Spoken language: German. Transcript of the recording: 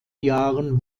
jahren